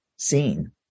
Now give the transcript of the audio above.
seen